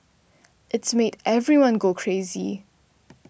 it's made everyone go crazy